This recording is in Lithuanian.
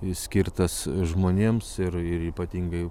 jis skirtas žmonėms ir ir ypatingai